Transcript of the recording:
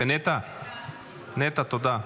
נטע, תודה.